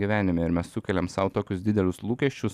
gyvenime ir mes sukeliam sau tokius didelius lūkesčius